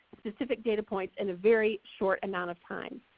specific data points in a very short amount of time.